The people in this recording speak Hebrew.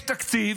יש תקציב,